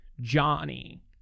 Johnny